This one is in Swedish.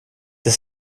det